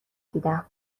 دیدم